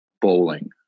bowling